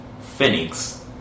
Phoenix